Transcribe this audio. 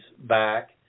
back